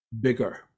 bigger